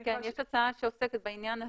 יש הצעה שעוסקת בעניין הזה.